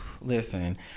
listen